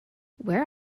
where